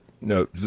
No